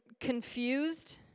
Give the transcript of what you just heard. confused